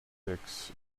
ticks